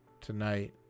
tonight